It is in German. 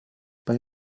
bei